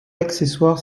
accessoire